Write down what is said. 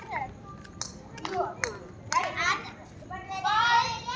ಜಗಾ ಸುಡು ಕ್ರಮ ಯಾವ ಬೆಳಿಗೆ ಸೂಕ್ತ?